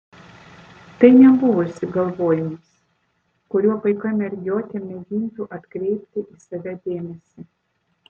tai nebuvo išsigalvojimas kuriuo paika mergiotė mėgintų atkreipti į save dėmesį